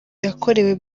yakorewe